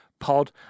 Pod